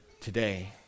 today